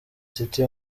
city